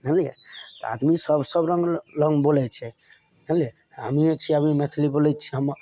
जनलियै आदमी सब सब रङ्ग रङ्ग बोलैत छै जानलियै हमहीँ छियै अभी मैथिली बोलैत छियै हम